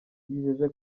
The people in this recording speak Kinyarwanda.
yijeje